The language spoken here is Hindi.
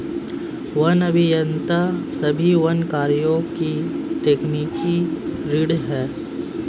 वन अभियंता सभी वन कार्यों की तकनीकी रीढ़ हैं